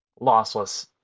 Lossless